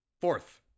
Fourth